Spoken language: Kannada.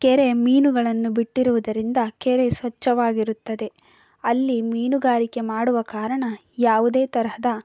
ಕೆರೆ ಮೀನುಗಳನ್ನು ಬಿಟ್ಟಿರುವುದರಿಂದ ಕೆರೆ ಸ್ವಚ್ಛವಾಗಿರುತ್ತದೆ ಅಲ್ಲಿ ಮೀನುಗಾರಿಕೆ ಮಾಡುವ ಕಾರಣ ಯಾವುದೇ ತರಹದ